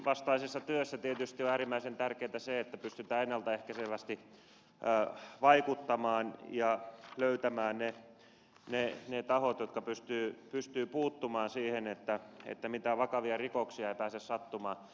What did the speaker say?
terrorisminvastaisessa työssä tietysti on äärimmäisen tärkeätä se että pystytään ennalta ehkäisevästi vaikuttamaan ja löytämään ne tahot jotka pystyvät puuttumaan siihen että mitään vakavia rikoksia ei pääse sattumaan